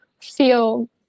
feel